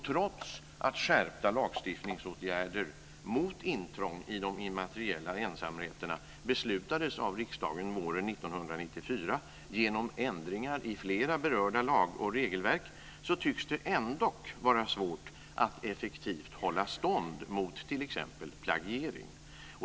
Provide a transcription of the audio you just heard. Trots att skärpta lagstiftningsåtgärder mot intrång i de immateriella ensamrätterna beslutades av riksdagen våren 1994 genom ändringar i flera berörda lag och regelverk tycks det ändock vara svårt att effektivt hålla stånd mot t.ex. plagiering.